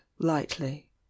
lightly